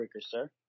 sir